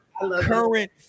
current